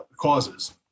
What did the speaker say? causes